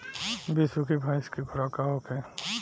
बिसुखी भैंस के खुराक का होखे?